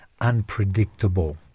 unpredictable